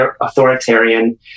authoritarian